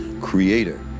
creator